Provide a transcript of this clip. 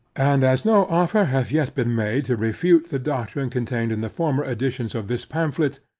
and as no offer hath yet been made to refute the doctrine contained in the former editions of this pamphlet,